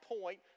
point